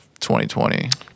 2020